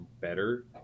better